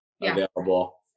available